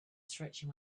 stretching